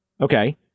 okay